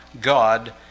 God